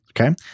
Okay